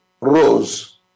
rose